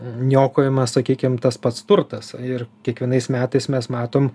niokojama sakykim tas pats turtas ir kiekvienais metais mes matom